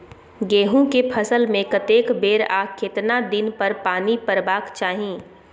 गेहूं के फसल मे कतेक बेर आ केतना दिन पर पानी परबाक चाही?